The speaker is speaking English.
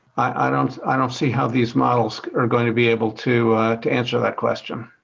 i don't i don't see how these models are going to be able to to answer that question.